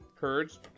Curds